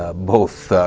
ah both